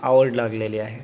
आवड लागलेली आहे